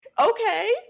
Okay